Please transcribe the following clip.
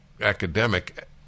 academic